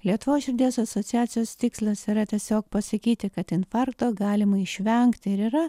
lietuvos širdies asociacijos tikslas yra tiesiog pasakyti kad infarkto galima išvengti ir yra